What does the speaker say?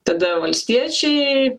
tada valstiečiai